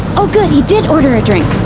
oh, good, he did order a drink.